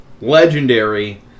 legendary